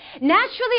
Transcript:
Naturally